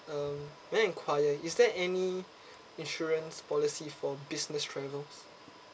um may I enquire is there any insurance policy for business travels